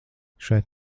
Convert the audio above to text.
šeit